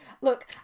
Look